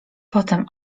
potem